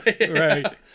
Right